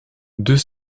deux